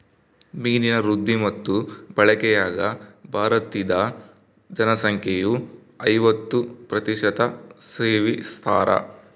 ಮೀನಿನ ವೃದ್ಧಿ ಮತ್ತು ಬಳಕೆಯಾಗ ಭಾರತೀದ ಜನಸಂಖ್ಯೆಯು ಐವತ್ತು ಪ್ರತಿಶತ ಸೇವಿಸ್ತಾರ